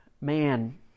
Man